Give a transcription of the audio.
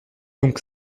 donc